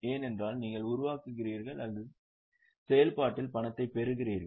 ஏனென்றால் நீங்கள் உருவாக்குகிறீர்கள் அல்லது செயல்பாட்டில் பணத்தைப் பெறுகிறீர்கள்